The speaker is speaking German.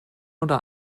oder